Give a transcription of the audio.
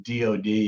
DOD